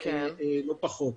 לא פחות.